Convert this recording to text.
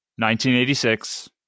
1986